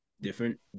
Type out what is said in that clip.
different